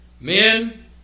men